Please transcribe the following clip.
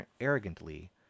arrogantly